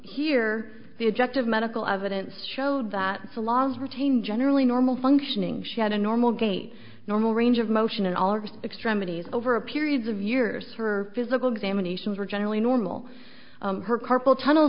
here the objective medical evidence showed that the laws retain generally normal functioning she had a normal gait normal range of motion in all or extremities over a period of years her physical examinations were generally normal her carpal tunnel